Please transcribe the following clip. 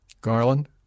Garland